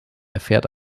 erfährt